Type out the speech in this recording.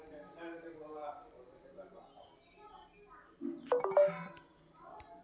ಜೇನುತುಪ್ಪದಾಗ ಬ್ಯಾರ್ಬ್ಯಾರೇ ಪೋಷಕಾಂಶಗಳು ಇರೋದ್ರಿಂದ ಇದನ್ನ ಔಷದ ವಸ್ತುವಾಗಿ ಬಳಸ್ತಾರ